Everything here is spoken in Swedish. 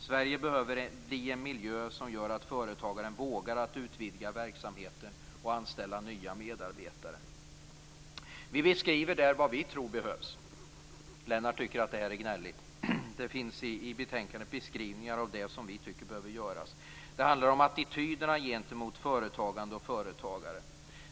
Sverige behöver bli en miljö som gör att företagaren vågar utvidga verksamheten och anställa nya medarbetare. Vi beskriver där vad vi tror behövs. Lennart tycker att det är gnälligt.